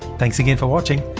thanks again for watching,